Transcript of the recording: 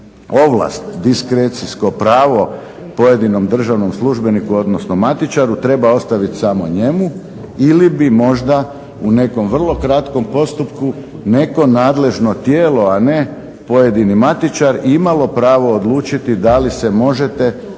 ovlast, diskrecijsko pravo pojedinom državnom službeniku, odnosno matičaru treba ostaviti samo njemu ili bi možda u nekom vrlo kratkom postupku neko nadležno tijelo, a ne pojedini matičar imalo pravo odlučiti da li se možete služiti